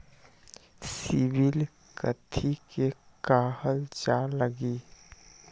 CIBIL कथि के काहल जा लई?